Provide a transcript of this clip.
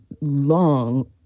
long